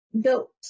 built